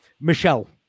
Michelle